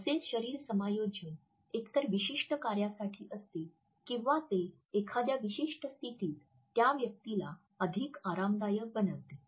असे शरीर समायोजन एकतर विशिष्ट कार्यासाठी असते किंवा ते एखाद्या विशिष्ट स्थितीत त्या व्यक्तीला अधिक आरामदायक बनवितात